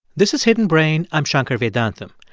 this is hidden brain. i'm shankar vedantam.